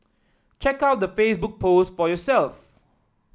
check out the Facebook post for yourself